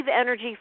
energy